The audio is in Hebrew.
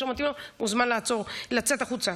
מי שלא מתאים לו, מוזמן לצאת החוצה.